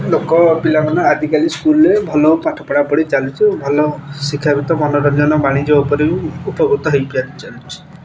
ଲୋକ ପିଲାମାନେ ଆଜିକାଲି ସ୍କୁଲ୍ରେ ଭଲ ପାଠପଢ଼ା ପଢ଼ି ଚାଲିଛି ଭଲ ଶିକ୍ଷାବିତ୍ତ ମନୋରଞ୍ଜନ ବାଣିଜ୍ୟ ଉପରେ ବି ଉପକୃତ ହୋଇପାରି ଚାଲୁଛି